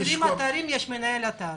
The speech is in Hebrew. אז ב-20 אתרים יש מנהל אתר.